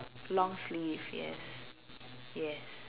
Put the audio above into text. long sleeve yes yes